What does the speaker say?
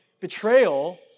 betrayal